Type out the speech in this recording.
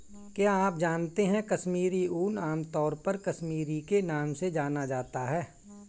क्या आप जानते है कश्मीरी ऊन, आमतौर पर कश्मीरी के नाम से जाना जाता है?